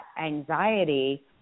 anxiety